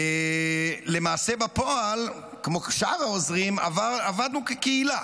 למעשה בפועל, כמו שאר העוזרים, עבדנו כקהילה.